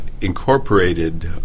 incorporated